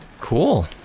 Cool